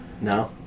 No